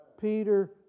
Peter